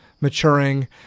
maturing